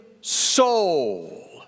soul